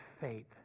faith